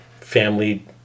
family